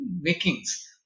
makings